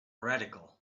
radical